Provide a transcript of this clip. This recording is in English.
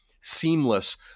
seamless